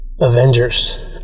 Avengers